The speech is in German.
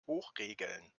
hochregeln